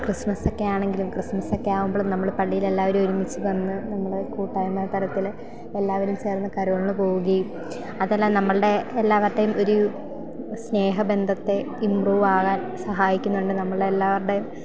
ക്രിസ്മസൊക്കെ ആണെങ്കിലും ക്രിസ്മസൊക്കെ ആകുമ്പോൾ നമ്മൾ പള്ളിയിൽ എല്ലാവരും ഒരുമിച്ചു വന്നു നമ്മൾ കൂട്ടായ്മ തരത്തിൽ എല്ലാവരും ചേർന്ന് കരോളിന് പോവുകയും അതെല്ലാം നമ്മളുടെ എല്ലാവരുടെയും ഒരു സ്നേഹബന്ധത്തെ ഇമ്പ്രൂവ് ആകാൻ സഹായിക്കുന്നുണ്ട് നമ്മളെ എല്ലാവരുടെയും